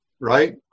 right